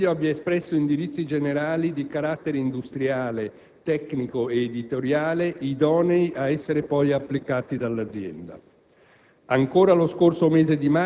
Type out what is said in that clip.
Non risulta che il Consiglio abbia espresso indirizzi generali di carattere industriale, tecnico ed editoriale idonei a essere poi applicati dall'azienda.